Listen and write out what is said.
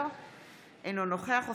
אינו נוכח ישראל אייכלר,